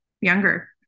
younger